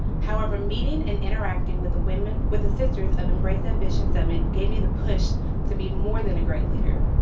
however, meeting and interacting with the women with the sisters of embrace ambition summit gave me the push to be more than a great leader.